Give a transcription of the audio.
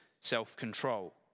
self-control